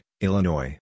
Illinois